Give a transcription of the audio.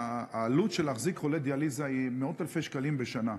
העלות של החזקת חולה דיאליזה היא מאות אלפי שקלים בשנה,